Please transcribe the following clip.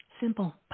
Simple